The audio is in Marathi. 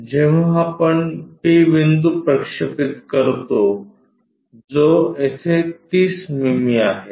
जेव्हा आपण बिंदू p प्रक्षेपित करतो जो येथे 30 मिमी आहे